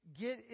get